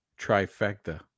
Trifecta